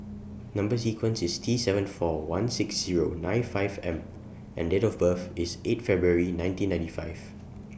Number sequence IS T seven four one six Zero nine five M and Date of birth IS eight February nineteen ninety five